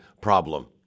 problem